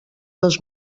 les